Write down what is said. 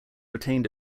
retained